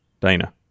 Dana